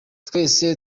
twese